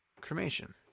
cremation